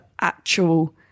actual